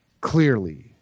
clearly